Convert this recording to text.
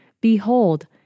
Behold